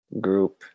group